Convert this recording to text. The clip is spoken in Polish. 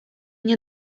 nie